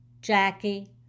Jackie